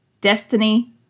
destiny